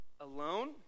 alone